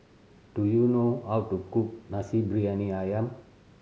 do you know how to cook Nasi Briyani Ayam